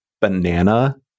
banana